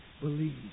believes